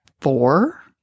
four